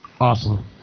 Awesome